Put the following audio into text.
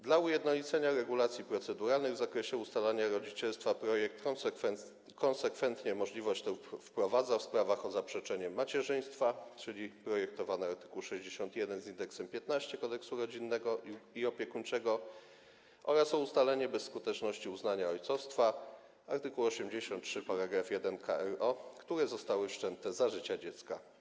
Dla ujednolicenia regulacji proceduralnych w zakresie ustalania rodzicielstwa projekt konsekwentnie możliwość tę wprowadza w sprawach o zaprzeczenie macierzyństwa, czyli projektowany art. 61 Kodeksu rodzinnego i opiekuńczego, oraz o ustalenie bezskuteczności uznania ojcostwa, art. 83 § 1 k.r.o., które zostały wszczęte za życia dziecka.